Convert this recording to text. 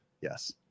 yes